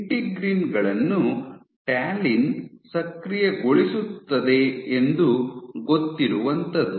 integrin ಗಳನ್ನು talin ಸಕ್ರಿಯಗೊಳಿಸುತ್ತದೆ ಎಂದು ಗೊತ್ತಿರುವಂಥದು